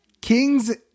kings